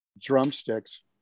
drumsticks